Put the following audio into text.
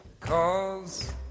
Cause